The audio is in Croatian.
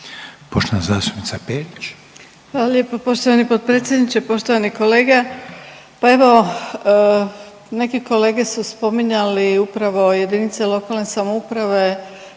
Grozdana (HDZ)** Hvala lijepo poštovani potpredsjedniče. Poštovani kolege, pa evo neki kolege su spominjali upravo jedinice lokalne samouprave